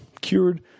cured